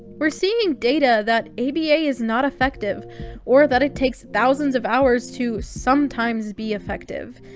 we're seeing data that aba is not effective or that it takes thousands of hours to sometimes be effective.